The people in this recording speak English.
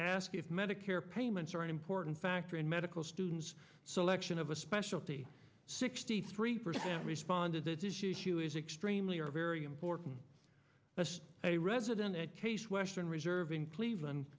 ask if medicare payments are an important factor in medical students selection of a specialty sixty three percent responded that issue is extremely or very important that's a resident at case western reserve in cleveland